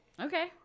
Okay